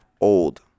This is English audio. old